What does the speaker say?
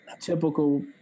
typical